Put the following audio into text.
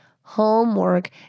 homework